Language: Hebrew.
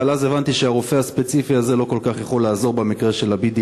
אבל אז הבנתי שהרופא הספציפי הזה לא כל כך יכול לעזור במקרה של ה-BDS.